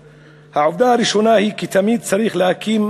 העובדה הראשונה היא כי תמיד צריך להקים